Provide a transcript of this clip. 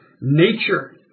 nature